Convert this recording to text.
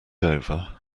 over